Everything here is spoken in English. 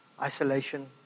isolation